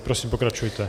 Prosím, pokračujte.